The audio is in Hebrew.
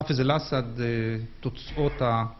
חאפז אל אסד תוצאות ה...